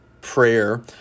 prayer